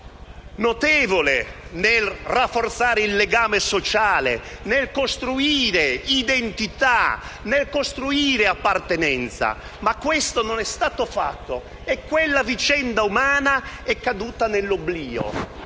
notevole nel rafforzare il legame sociale, nel costruire identità e appartenenza. Ma questo non è stato fatto e quella vicenda umana è caduta nell'oblio.